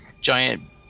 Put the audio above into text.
Giant